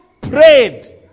prayed